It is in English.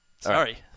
Sorry